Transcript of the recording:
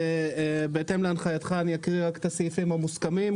בהתאם להנחייתך, אני אקרא רק את הסעיפים המוסכמים.